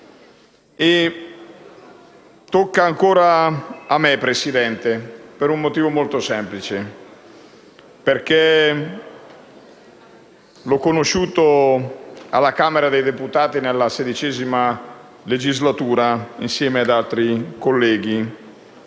E tocca ancora a me, signor Presidente, per un motivo molto semplice. Perché l'ho conosciuto alla Camera dei deputati nella XVI legislatura insieme ad altri colleghi.